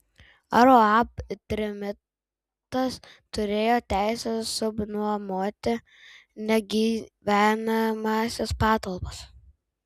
ar uab trimitas turėjo teisę subnuomoti negyvenamąsias patalpas